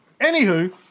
Anywho